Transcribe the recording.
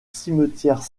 cimetière